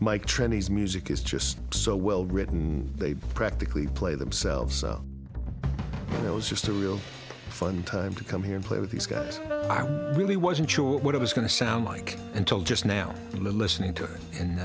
tranny's music is just so well written they practically play themselves it was just a real fun time to come here and play with these guys it really wasn't sure what it was going to sound like until just now listening to